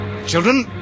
Children